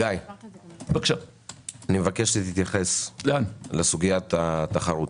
אני מבקש שתתייחס לסוגית התחרות.